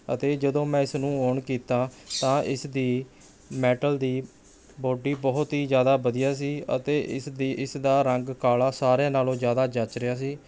ਅਤੇ ਜਦੋਂ ਮੈਂ ਇਸ ਨੂੰ ਔਨ ਕੀਤਾ ਤਾਂ ਇਸ ਦੀ ਮੈਟਲ ਦੀ ਬੋਡੀ ਬਹੁਤ ਹੀ ਜ਼ਿਆਦਾ ਵਧੀਆ ਸੀ ਅਤੇ ਇਸ ਦੀ ਇਸ ਦਾ ਰੰਗ ਕਾਲਾ ਸਾਰਿਆਂ ਨਾਲੋਂ ਜ਼ਿਆਦਾ ਜੱਚ ਰਿਹਾ ਸੀ